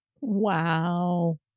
Wow